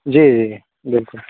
जी जी जी बिल्कुल